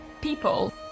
people